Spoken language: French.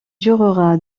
durera